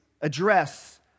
address